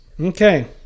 Okay